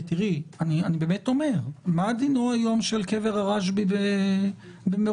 אני באמת אומר: מה דינו היום של קבר הרשב"י במירון?